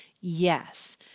Yes